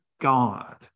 God